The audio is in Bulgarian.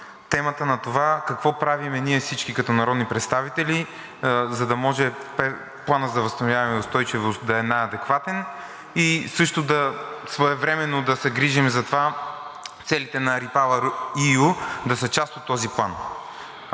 темата на това какво правим ние всички като народни представители, за да може Планът за възстановяване и устойчивост да е най-адекватен и своевременно да се грижим за това целите на REPowerEU да са част от този план.